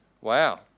Wow